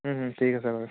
ঠিক আছে বাৰু